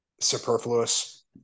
superfluous